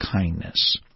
kindness